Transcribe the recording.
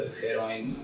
heroin